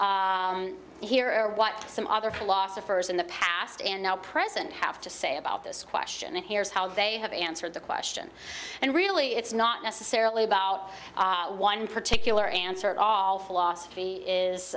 here here are what some other philosophers in the past and now present have to say about this question and here's how they have answered the question and really it's not necessarily about one particular answer at all philosophy is